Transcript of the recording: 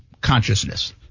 consciousness